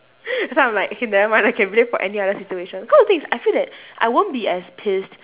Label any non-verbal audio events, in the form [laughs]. [laughs] so I'm like okay never mind I can blame for any other situation cause the thing is I feel that I won't be as pissed